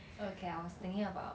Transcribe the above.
okay I was thinking about